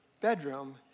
bedroom